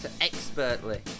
expertly